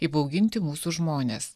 įbauginti mūsų žmones